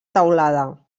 teulada